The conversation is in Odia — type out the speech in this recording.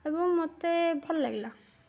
ଏବଂ ମୋତେ ଭଲ ଲାଗିଲା